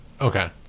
Okay